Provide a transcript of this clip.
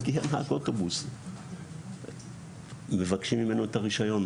מגיע האוטובוס ומבקשים ממנו את הרישיון,